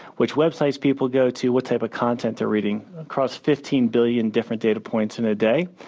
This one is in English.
which websites people go to, what type of content they're reading across fifteen billion different data points in a day,